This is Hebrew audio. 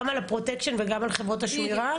גם על הפרוטקשן וגם על חברות השמירה.